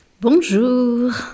Bonjour